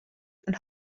and